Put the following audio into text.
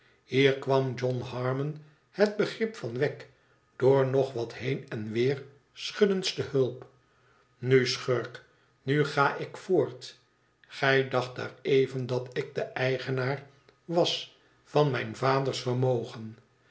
hier kwam john harmon het begrip van wegg door nog wat heen en weer schuddens te hulp nu schurk nu ga ik voort gij dacht daar even dat ik de eigenaar was van mijn vaders vermogen